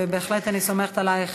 ובהחלט אני סומכת עלייך,